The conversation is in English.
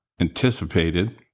anticipated